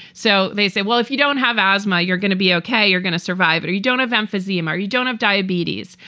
so they say, well, if you don't have asthma, you're gonna be okay. you're gonna survive it. you don't have emphysema. you don't have diabetes.